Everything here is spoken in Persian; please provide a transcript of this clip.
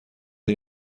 این